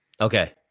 Okay